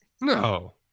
No